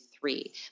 three